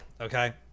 Okay